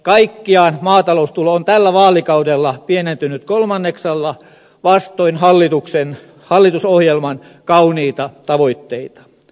kaikkiaan maataloustulo on tällä vaalikaudella pienentynyt kolmanneksella vastoin hallitusohjelman kauniita tavoitteita